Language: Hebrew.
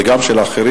וגם של אחרים,